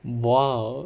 !wow!